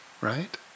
right